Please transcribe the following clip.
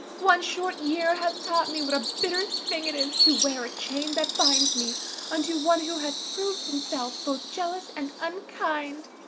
one short year hath taught me what a bitter thing it is to wear a chain that binds me unto one who hath proved himself both jealous and unkind.